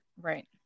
right